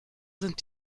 sind